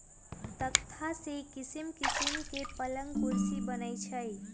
तकख्ता से किशिम किशीम के पलंग कुर्सी बनए छइ